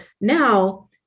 now